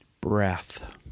Breath